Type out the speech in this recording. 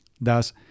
Thus